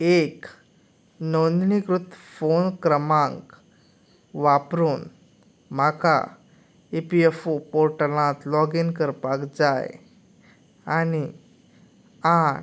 एक नोंदणीकृत फोन क्रमांक वापरून म्हाका ई पी एफ ओ पोर्टलांत लॉगीन करपाक जाय आनी आठ